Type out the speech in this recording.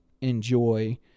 enjoy